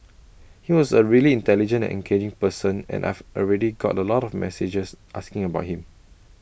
he was A really intelligent and engaging person and I've already got A lot of messages asking about him